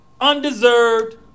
Undeserved